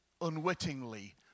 unwittingly